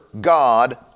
God